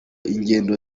ingendo